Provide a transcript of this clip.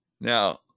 Now